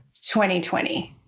2020